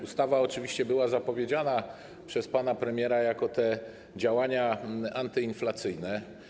Ustawa oczywiście była zapowiedziana przez pana premiera jako działania antyinflacyjne.